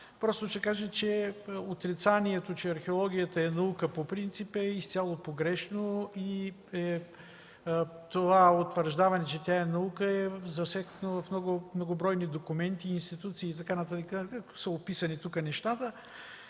просто ще кажа, че отрицанието, че археологията е наука, по принцип е изцяло погрешно и това утвърждаване, че тя е наука, я засякохме в многобройни документи на институции и така нататък. Тук са описани нещата,